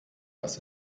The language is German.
das